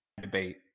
debate